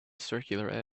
circular